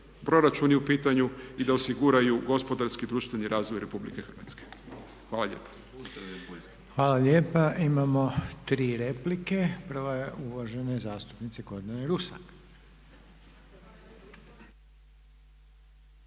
proračuni u pitanju i da osiguraju gospodarski i društveni razvoj RH. Hvala lijepa. **Reiner, Željko (HDZ)** Hvala lijepa. Imamo tri replike. Prva je uvažene zastupnice Gordane Rusak.